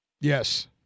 Yes